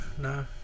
no